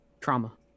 Trauma